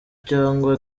cyangwa